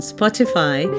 Spotify